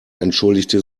entschuldigte